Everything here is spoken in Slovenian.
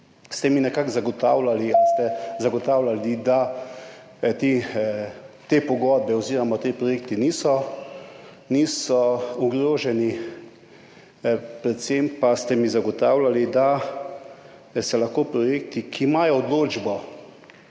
ste zagotavljali, da te pogodbe oziroma ti projekti niso ogroženi, predvsem pa ste mi zagotavljali, da se lahko projekti, ki imajo odločbo,